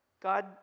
God